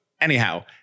anyhow